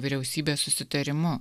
vyriausybės susitarimu